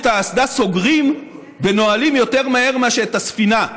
את האסדה סוגרים ונועלים יותר מהר מאשר את הספינה.